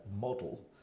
model